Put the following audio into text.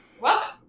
welcome